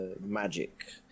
magic